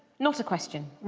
not a question.